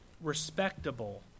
respectable